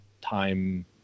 time